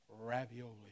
ravioli